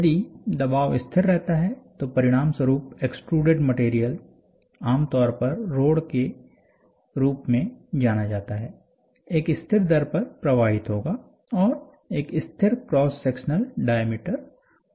यदि दबाव स्थिर रहता है तो परिणामस्वरूप एक्सट्रुडेड मटेरियल आमतौर पर रोड के रूप में जाना जाता है एक स्थिर दर पर प्रवाहित होगा और एक स्थिर क्रॉस सेक्शनल डायामीटर बना रहेगा